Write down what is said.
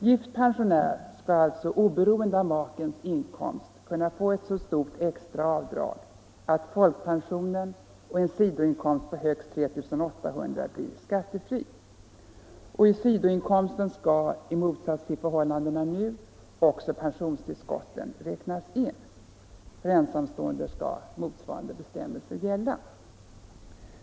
Gift pensionär skall, oberoende av makens inkomst, kunna få ett så stort extra avdrag att folkpensionen och en sidoinkomst på högst 3 800 kr. blir skattefria. I sidoinkomsten skall — i motsats till vad förhållandet är nu — också pensionstillskotten inräknas. För ensamstående skall motsvarande bestämmelser gälla.